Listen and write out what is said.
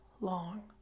long